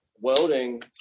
welding